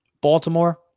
Baltimore